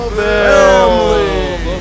family